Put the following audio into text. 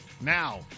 Now